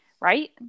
Right